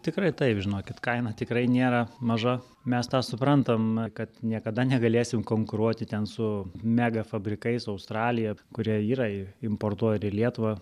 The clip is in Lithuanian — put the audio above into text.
tikrai taip žinokit kaina tikrai nėra maža mes tą suprantam kad niekada negalėsim konkuruoti ten su mega fabrikais su australija kuri yra importuoja ir į lietuvą